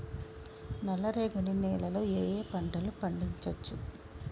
నల్లరేగడి నేల లో ఏ ఏ పంట లు పండించచ్చు?